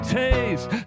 taste